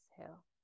exhale